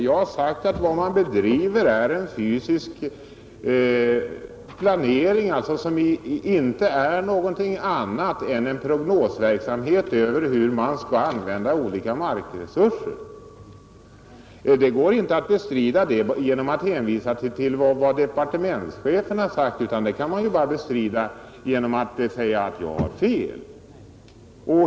Jag har sagt att vad man bedriver är en fysisk planering, som inte är någonting annat än en prognosverksamhet i fråga om hur man skall använda olika markresurser. Det går inte att bestrida det genom att hänvisa till vad departementschefen har sagt, utan det kan man bara bestrida genom att säga att jag har fel.